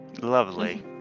Lovely